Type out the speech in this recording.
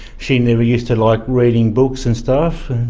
she never used to like reading books and stuff,